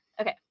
Okay